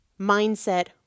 mindset